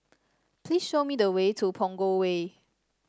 please show me the way to Punggol Way